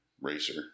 racer